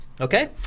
Okay